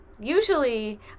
usually